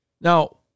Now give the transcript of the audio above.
Now